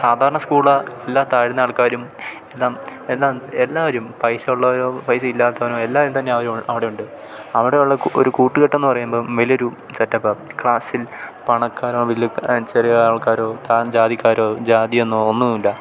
സാധാരണ സ്കൂൾ എല്ലാ താഴ്ന്ന ആൾക്കാരും എല്ലാം എല്ലാം എല്ലാവരും പൈസ ഉള്ളവരോ പൈസ ഇല്ലാത്തവനോ എല്ലാവരും തന്നെ ആ ഒരു അവിടെയുണ്ട് അവിടെയുള്ള ഒരു കൂട്ടുകെട്ടെന്നു പറയുമ്പം വലിയൊരു സെറ്റപ്പ് ആണ് ക്ലാസ്സിൽ പണക്കാരോ വലിയ ചെറിയ ആൾക്കാരോ താന്ന ജാതിക്കാരോ ജാതിയെന്നോ ഒന്നുമില്ല